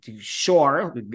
Sure